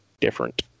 different